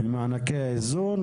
את מענקי האזור.